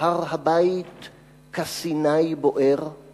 הר הבית כסיני בוער/